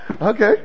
okay